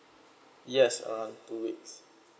yes around two weeks